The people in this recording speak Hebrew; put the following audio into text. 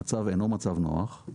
המצב אינו מצב נוח,